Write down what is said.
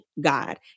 God